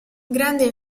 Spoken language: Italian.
grande